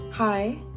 Hi